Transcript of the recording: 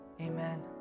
Amen